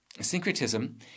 Syncretism